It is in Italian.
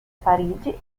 parigi